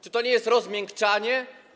Czy to nie jest rozmiękczanie?